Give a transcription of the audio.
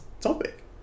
topic